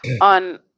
on